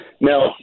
No